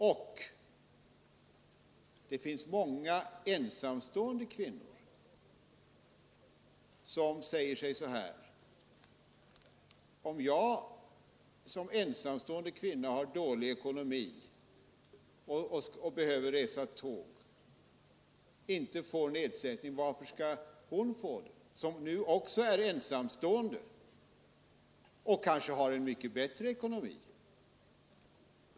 Och det finns många ensamstående kvinnor i hennes ålder som då skulle kunna säga: Om jag som ensamstående kvinna har dålig ekonomi men inte får nedsättning på biljettpriset vid resa med tåg, varför skall då hon få det, när hon nu är ensamstående och har det mycket bättre ekonomiskt än jag?